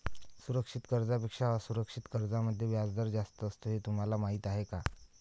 सुरक्षित कर्जांपेक्षा असुरक्षित कर्जांमध्ये व्याजदर जास्त असतो हे तुम्हाला माहीत आहे का?